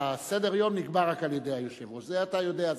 סדר-היום נקבע רק על-ידי היושב-ראש, זה אתה יודע.